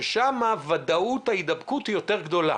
ושם ודאות ההידבקות יותר גדולה.